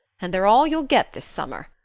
and they're all you'll get this summer.